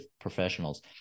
professionals